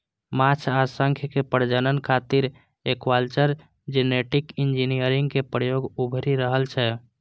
माछ आ शंख के प्रजनन खातिर एक्वाकल्चर जेनेटिक इंजीनियरिंग के प्रयोग उभरि रहल छै